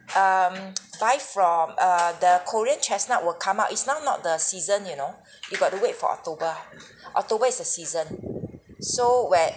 um buy from err the korean chestnut will come up it's now not the season you know you've got to wait for october ah october is the season so when